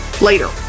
Later